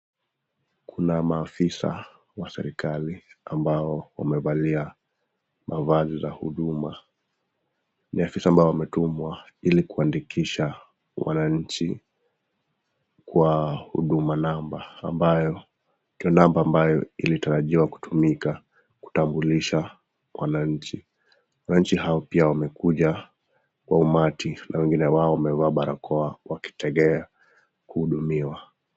Kuna maafisa wa serikali ambao wamevalia mavazi za huduma. Ni maafisa ambao wametumwa ili kuandikisha wananchi kwa Huduma Namba ambayo ilitarajiwa kutumika kutambulisha wananchi. Wananchi hao pia wamekuja kwa umati na wengine wao wamevaa barakoa wakitegea kuhudumiwa.